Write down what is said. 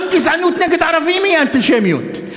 גם גזענות נגד ערבים היא אנטישמיות.